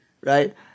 right